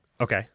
Okay